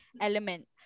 element